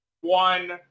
one